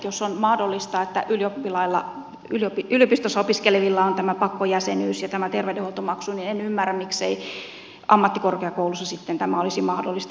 jos on mahdollista että yliopistossa opiskelevilla on tämä pakkojäsenyys ja tämä terveydenhuoltomaksu niin en ymmärrä miksei ammattikorkeakouluissa sitten tämä olisi mahdollista